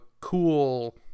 cool